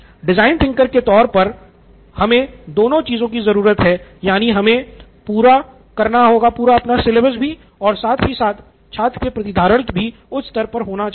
design thinker के तौर पर हमे दोनों चीज़ की ज़रूरत है यानि हमे पूरा कवर किया गया सिलेबस भी चाहिए और छात्र की प्रतिधारण भी उच्च स्तर पर होनी चाहिए